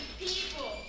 people